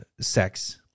sex